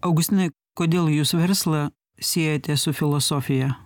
augustinai kodėl jūs verslą siejate su filosofija